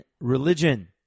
religion